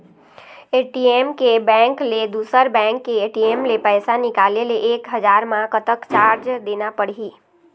ATM के bank ले दुसर बैंक के ए.टी.एम ले पैसा निकाले ले एक हजार मा कतक चार्ज देना पड़ही?